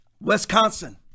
Wisconsin